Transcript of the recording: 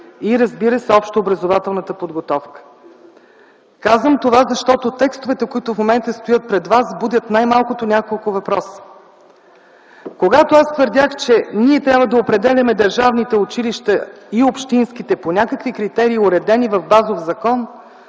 и, разбира се, общообразователната подготовка. Казвам това, защото текстовете, които в момента стоят пред вас, будят най-малкото няколко въпроса. Когато аз твърдях, че ние трябва да определяме държавните и общинските училища по някакви критерии, уредени в базов закон,